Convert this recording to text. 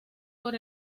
por